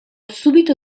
subito